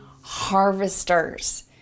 harvesters